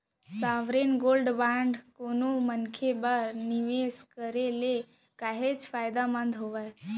sovereign gold bond कोनो मनसे बर निवेस करे ले काहेच फायदामंद हावय